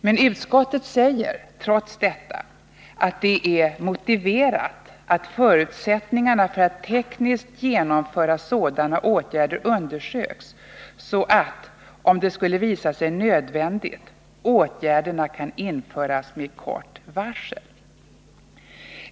Men utskottet säger trots detta att det är ”motiverat att förutsättningarna för att tekniskt genomföra sådana åtgärder undersöks så att, om det skulle visa sig nödvändigt, åtgärderna kan införas med kort varsel”.